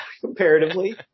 Comparatively